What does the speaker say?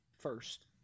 first